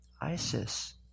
ISIS